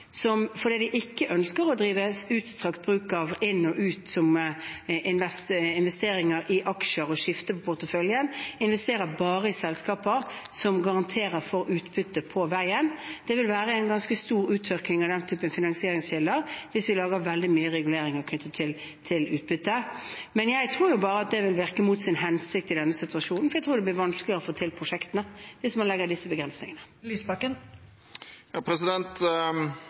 som fordi de ikke ønsker å drive utstrakt bruk av inn og ut – som investeringer i aksjer og skifte på porteføljen – bare investerer i selskaper som garanterer for utbytte på veien. Det vil være en ganske stor uttørking av den typen finansieringskilder hvis vi lager veldig mange reguleringer knyttet til utbytte. Jeg tror bare det vil virke mot sin hensikt i denne situasjonen, for jeg tror det blir vanskeligere å få til prosjektene hvis man har disse begrensningene.